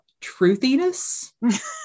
truthiness